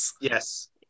Yes